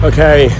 Okay